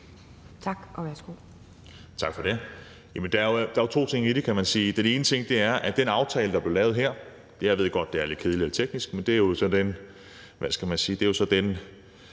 Roug (S): Tak for det. Jamen der er jo to ting i det, kan man sige. Den ene ting er, at den aftale, der blev lavet her – jeg ved godt, det er lidt kedeligt og teknisk, men det er jo så den mulighed, man har, når man